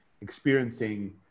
experiencing